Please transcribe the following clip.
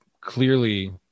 clearly